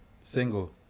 single